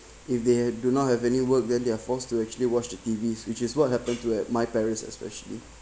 if they do not have any work then they're forced to actually watch the T_V which is what happened to my parents especially